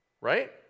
right